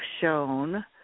shown